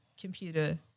computer